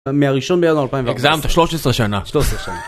מהראשון בינואר 2014. הגזמת, אתה 13 שנה. 13 שנה.